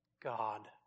God